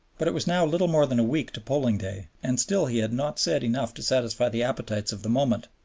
but it was now little more than a week to polling day, and still he had not said enough to satisfy the appetites of the moment.